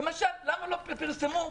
למה לא פרסמו,